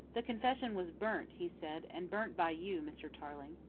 the confession was burnt, he said, and burnt by you, mr. tarling.